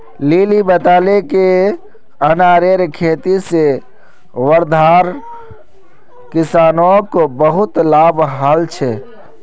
lily बताले कि अनारेर खेती से वर्धार किसानोंक बहुत लाभ हल छे